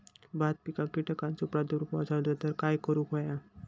भात पिकांक कीटकांचो प्रादुर्भाव झालो तर काय करूक होया?